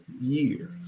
years